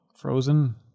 Frozen